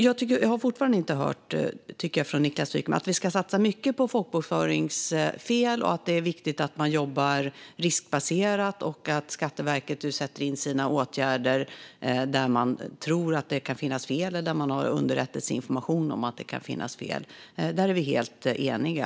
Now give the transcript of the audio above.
Jag tycker fortfarande inte att jag har hört något annat från Niklas Wykman än att vi ska satsa mycket på folkbokföringsfel, att det är viktigt att man jobbar riskbaserat och att Skatteverket nu sätter in sina åtgärder där man tror att det kan finnas fel eller där man har underrättelseinformation om detta. Där är vi helt eniga.